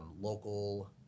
local